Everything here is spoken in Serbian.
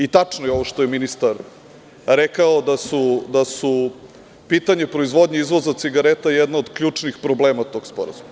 Tačno je ovo što je ministar rekao, da su pitanja proizvodnje i izvoza cigareta jedan od ključnih problema tog sporazuma.